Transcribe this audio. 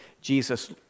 Jesus